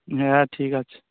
হ্যাঁ ঠিক আছে